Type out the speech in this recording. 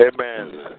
Amen